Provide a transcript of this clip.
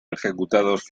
ejecutados